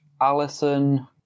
Allison